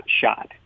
shot